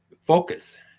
focus